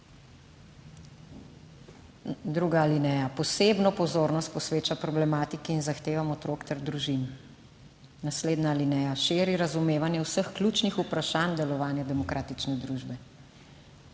Druga alineja: Posebno pozornost posveča problematiki in zahtevam otrok ter družin. Naslednja alineja: širi razumevanje vseh ključnih vprašanj delovanja demokratične družbe.